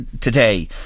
today